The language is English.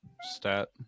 stat